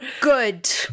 Good